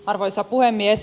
arvoisa puhemies